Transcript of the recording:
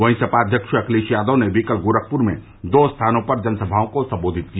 वहीं सपा अध्यक्ष अखिलेश यादव ने भी कल गोरखपुर में दो स्थानों पर जनसभाओं को संबोधित किया